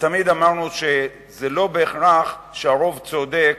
ותמיד אמרנו שלא בהכרח הרוב צודק